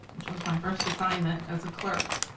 which was my first assignment as a clerk,